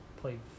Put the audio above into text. played